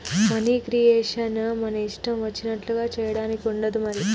money creation మన ఇష్టం వచ్చినట్లుగా చేయడానికి ఉండదు మరి